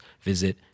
visit